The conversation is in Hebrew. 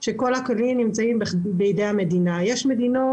כשכל הכלים נמצאים בידי המדינה; יש מדינות